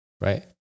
right